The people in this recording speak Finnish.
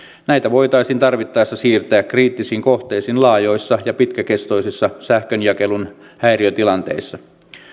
näitä voitaisiin tarvittaessa siirtää kriittisiin kohteisiin laajoissa ja pitkäkestoisissa sähkönjakelun häiriötilanteissa